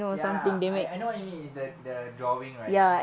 ya I I know what you mean is the the drawing right